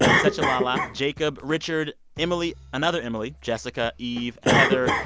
suchalala, jacob, richard, emily, another emily, jessica, eve, heather,